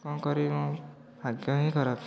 କ'ଣ କରିବି ମୋ ଭାଗ୍ୟ ହିଁ ଖରାପ